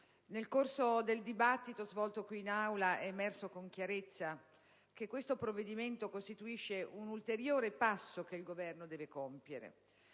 nel corso del dibattito svolto qui in Aula è emerso con chiarezza che questo provvedimento costituisce un ulteriore passo che il Governo deve compiere.